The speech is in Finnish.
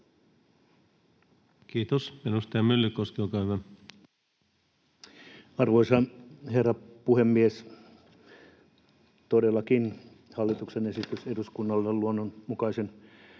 Kiitos. — Edustaja Myllykoski, olkaa hyvä. Arvoisa herra puhemies! Todellakin hallituksen esitys eduskunnalle luonnonmukaisesta